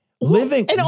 Living